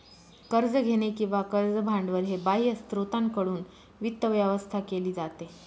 कर्ज घेणे किंवा कर्ज भांडवल हे बाह्य स्त्रोतांकडून वित्त व्यवस्था केली जाते